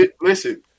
listen